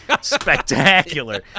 spectacular